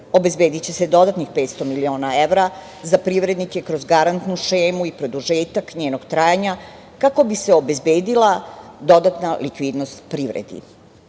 obezbediće se dodatnih 500 miliona evra za privrednike kroz garantnu šemu i produžetak njenog trajanja kako bi se obezbedila dodatna likvidnost privredi. Sva